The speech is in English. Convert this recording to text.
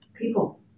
people